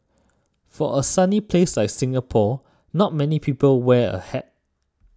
for a sunny place like Singapore not many people wear a hat